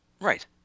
Right